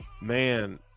man